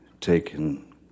taken